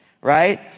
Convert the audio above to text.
right